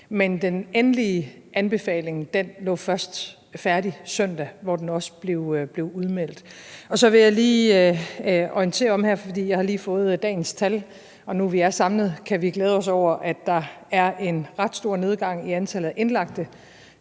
Men den endelige anbefaling lå først færdig søndag, hvor den også blev udmeldt. Så vil jeg lige orientere om dagens tal her – for jeg har lige fået dem – og nu, hvor vi er samlet, kan vi glæde os over, at der er en ret stor nedgang i antallet af indlagte